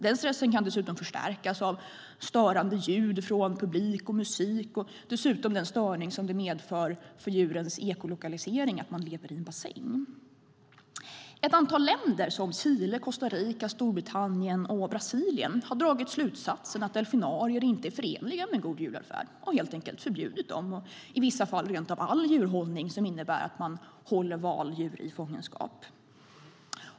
Den stressen kan dessutom förstärkas av störande ljud från publik och musik. Dessutom har vi den störning som det medför för djurens ekolokalisering att de lever i en bassäng. Ett antal länder, som Chile, Costa Rica, Storbritannien och Brasilien, har dragit slutsatsen att delfinarier inte är förenliga med en god djurvälfärd och helt enkelt förbjudit dem och i vissa fall rent av all djurhållning som innebär att man håller valdjur i fångenskap.